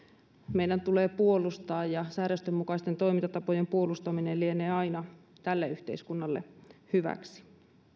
meidän tulee puolustaa ja säädösten mukaisten toimintatapojen puolustaminen lienee aina tälle yhteiskunnalle hyväksi